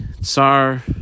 tsar